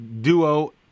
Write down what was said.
duo